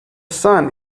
sun